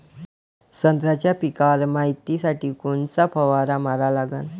संत्र्याच्या पिकावर मायतीसाठी कोनचा फवारा मारा लागन?